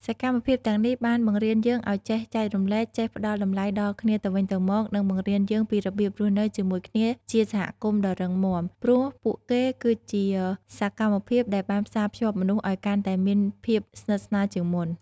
សកម្មភាពទាំងនេះបានបង្រៀនយើងឱ្យចេះចែករំលែក ចេះផ្តល់តម្លៃដល់គ្នាទៅវិញទៅមក និងបង្រៀនយើងពីរបៀបរស់នៅជាមួយគ្នាជាសហគមន៍ដ៏រឹងមាំ ព្រោះពួកគេគឺជាសកម្មភាពដែលបានផ្សារភ្ជាប់មនុស្សឱ្យកាន់តែមានភាពស្និទ្ធស្នាលជាងមុន។